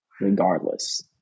regardless